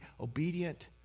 obedient